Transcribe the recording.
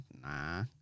Nah